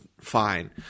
fine